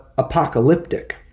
Apocalyptic